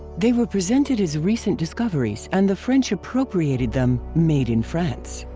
they were presented as recent discoveries and the french appropriated them made in france.